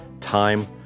time